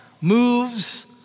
moves